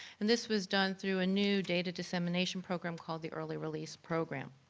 and this was done through a new data dissemination program called the early release program.